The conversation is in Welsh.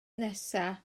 nesa